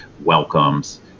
welcomes